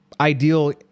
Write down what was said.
ideal